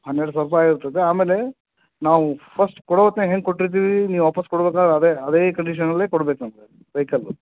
ಹನ್ನೆರಡು ಸಾವಿರ ರೂಪಾಯಿ ಇರ್ತದೆ ಆಮೇಲೆ ನಾವು ಫಸ್ಟ್ ಕೊಡೋ ಹೊತ್ನ್ಯಾಗ ಹೆಂಗೆ ಕೊಟ್ಟಿರ್ತೀವಿ ನೀವು ವಾಪಸ್ ಕೊಡ್ಬೇಕಾರೆ ಅದೇ ಅದೇ ಕಂಡೀಷನಲ್ಲೇ ಕೊಡ್ಬೇಕು ನಮ್ಗೆ ವೈಕಲ್ಲು